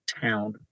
town